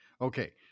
okay